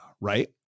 right